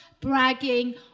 bragging